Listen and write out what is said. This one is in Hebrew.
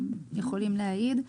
הם יכולים להעיד.